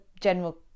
general